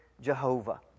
Jehovah